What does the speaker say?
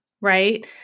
right